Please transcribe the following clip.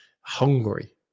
hungry